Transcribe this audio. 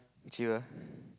cheap ah